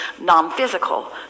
non-physical